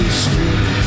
street